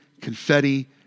confetti